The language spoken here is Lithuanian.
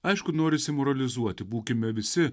aišku norisi moralizuoti būkime visi